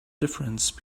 difference